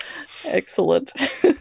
Excellent